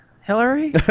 Hillary